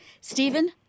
Stephen